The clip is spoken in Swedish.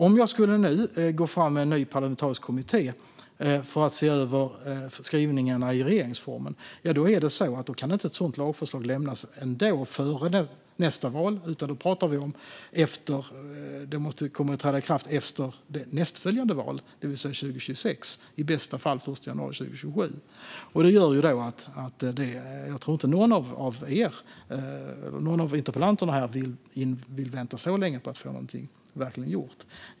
Om jag nu går fram med en ny parlamentarisk kommitté för att se över skrivningarna i regeringsformen kan inte ett sådant lagförslag lämnas före nästa val, utan då pratar vi om att en lag kan träda i kraft efter nästföljande val, det vill säga 2026, i bästa fall den 1 januari 2027. Jag tror inte att någon av interpellanterna vill vänta så länge på att få något gjort.